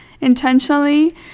intentionally